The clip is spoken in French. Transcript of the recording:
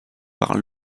par